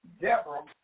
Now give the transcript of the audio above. Deborah